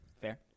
Fair